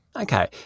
Okay